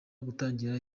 gutangira